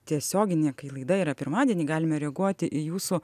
tiesioginė kai laida yra pirmadienį galime reaguoti į jūsų